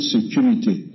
security